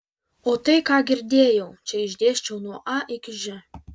o tai ką girdėjau čia išdėsčiau nuo a iki ž